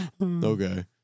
okay